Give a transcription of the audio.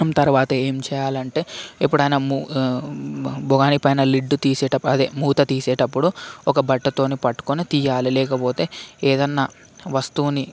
తర్వాత ఏం చేయాలంటే ఎప్పుడన్నా మో బోగాని పైన లిడ్ తీసేటప్పుడు అదే మూత తీసేటప్పుడు ఒక బట్టతో పట్టుకొని తీయాలి లేకపోతే ఏదన్నా వస్తువుని